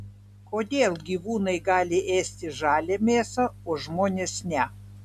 kodėl gyvūnai gali ėsti žalią mėsą o žmonės ne